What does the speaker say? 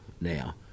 now